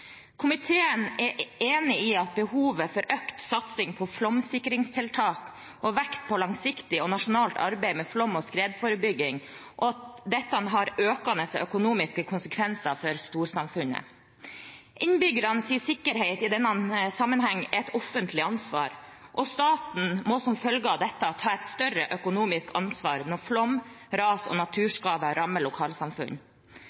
Komiteen er enig i behovet for økt satsing på flomsikringstiltak med vekt på langsiktig og nasjonalt arbeid med flom- og skredforebygging, og at dette har økende økonomiske konsekvenser for storsamfunnet. Innbyggernes sikkerhet i denne sammenheng er et offentlig ansvar, og staten må som følge av dette ta et større økonomisk ansvar når flom, ras og